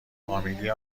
فامیلی